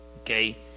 okay